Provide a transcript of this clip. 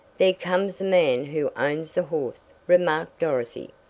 there comes the man who owns the horse, remarked dorothy,